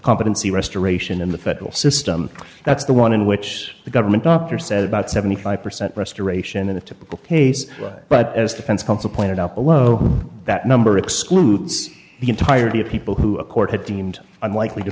competency restoration in the federal system that's the one in which the government doctor says about seventy five percent restoration in a typical case but as defense counsel pointed out below that number excludes the entirety of people who a court had deemed unlikely to